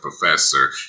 professor